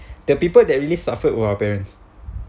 the people that really suffered were our parents